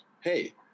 hey